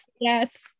yes